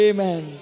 Amen